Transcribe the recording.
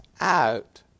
out